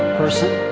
person